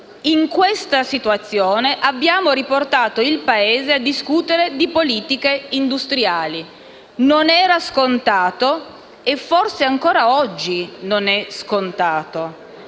In questa situazione abbiamo riportato il Paese a discutere di politiche industriali: non era scontato e, forse, non lo è ancora